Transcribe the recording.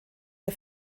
der